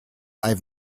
have